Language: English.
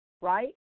right